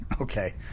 okay